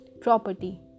property